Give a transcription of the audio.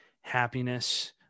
happiness